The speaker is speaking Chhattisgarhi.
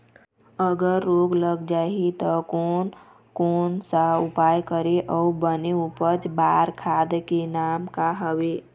अगर रोग लग जाही ता कोन कौन सा उपाय करें अउ बने उपज बार खाद के नाम का हवे?